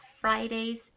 Fridays